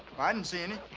i didn't see any.